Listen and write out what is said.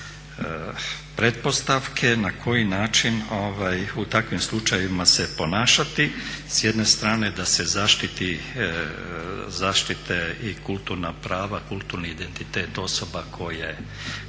nekakve pretpostavke na koji način u takvim slučajevima se ponašati s jedne strane da se zaštite i kulturna prava, kulturni identitet osoba koje